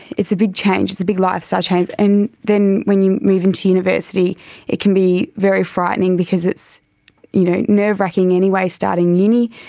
it's a big change, it's a big lifestyle change. and then when you move into university it can be very frightening because it's you know nerve-wracking anyway starting uni,